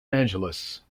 angeles